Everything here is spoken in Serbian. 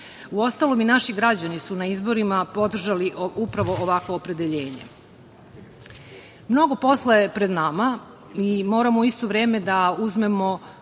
Uostalom, i naši građani su na izborima podržali upravo ovakvo opredeljenje. Mnogo posla je pred nama i moramo u isto vreme da uzmemo